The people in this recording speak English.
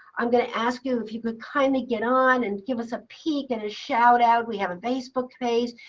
i'm going to ask you if you could kind of get on and give us a peek and a shout out. we have a facebook page.